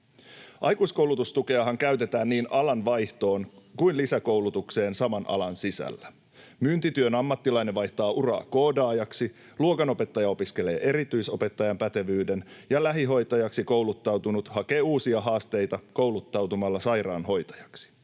Aikuiskoulutustukeahan käytetään niin alanvaihtoon kuin lisäkoulutukseen saman alan sisällä. Myyntityön ammattilainen vaihtaa uraa koodaajaksi, luokanopettaja opiskelee erityisopettajan pätevyyden, ja lähihoitajaksi kouluttautunut hakee uusia haasteita kouluttautumalla sairaanhoitajaksi.